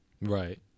Right